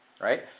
right